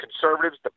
conservatives